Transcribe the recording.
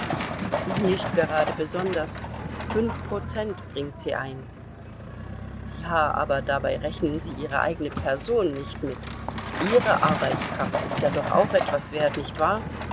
nicht gerade besonders fünf prozent bringt sie ein ja aber dabei rechnen sie ihre eigene person nicht mit ihre arbeitskraft ist ja doch auch etwas wert nicht wahr